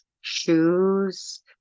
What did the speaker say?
shoes